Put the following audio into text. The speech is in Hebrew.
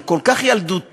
זה כל כך ילדותי,